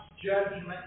Judgment